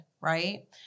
right